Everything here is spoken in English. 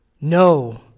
No